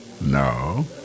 No